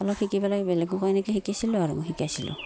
অলপ শিকি পেলাই বেলেগো এনেকৈ শিকাইছিলোঁ আৰু মই শিকাইছিলোঁ